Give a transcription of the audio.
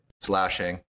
Slashing